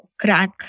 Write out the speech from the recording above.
crack